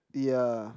ya